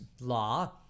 law